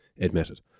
admitted